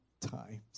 times